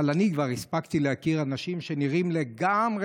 אבל אני כבר הספקתי להכיר אנשים שנראים לגמרי